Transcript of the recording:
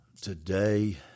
Today